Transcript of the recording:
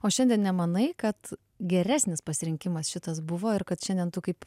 o šiandien nemanai kad geresnis pasirinkimas šitas buvo ir kad šiandien tu kaip